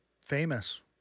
famous